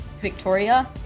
Victoria